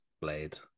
Blade